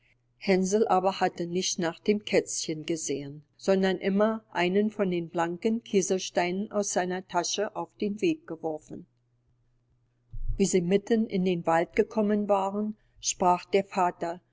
hänsel aber hatte nicht nach dem kätzchen gesehen sondern immer einen von den blanken kieselsteinen aus seiner tasche auf den weg geworfen wie sie mitten in den wald gekommen waren sprach der vater